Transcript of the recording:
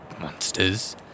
monsters